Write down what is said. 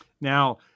now